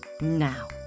Now